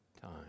time